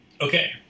okay